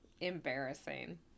embarrassing